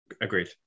Agreed